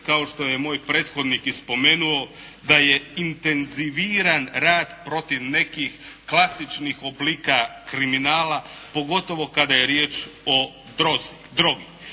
kao što je moj prethodnih i spomenuo da je intenziviran rad protiv nekih klasičnih oblika kriminala pogotovo kada je riječ o drogi.